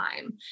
time